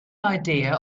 idea